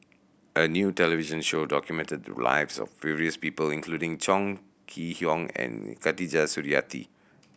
a new television show documented the lives of various people including Chong Kee Hiong and Khatijah Surattee